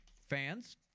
fans